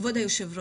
כבוד היושב ראש,